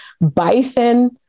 bison